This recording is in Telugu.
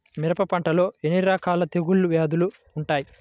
మిరప పంటలో ఎన్ని రకాల తెగులు వ్యాధులు వుంటాయి?